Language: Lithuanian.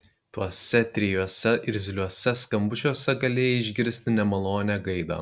tuose trijuose irzliuose skambučiuose galėjai išgirsti nemalonią gaidą